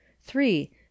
three